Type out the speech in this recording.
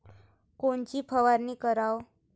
कोनची फवारणी कराव?